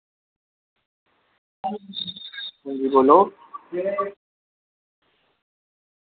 अंजी बोल्लो